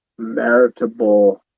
meritable